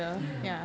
mm